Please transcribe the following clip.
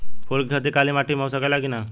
फूल के खेती काली माटी में हो सकेला की ना?